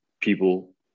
people